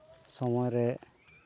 ᱥᱚᱢᱚᱭ ᱨᱮ